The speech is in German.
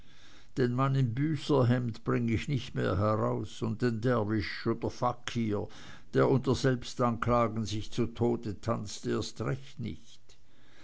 den mann im büßerhemd bring ich nicht mehr heraus und den derwisch oder fakir der unter selbstanklagen sich zu tode tanzt erst recht nicht